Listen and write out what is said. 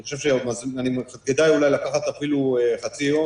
אני חושב שכדאי אולי לקחת אפילו חצי יום